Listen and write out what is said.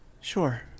sure